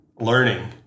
learning